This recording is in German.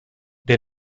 der